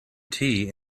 tea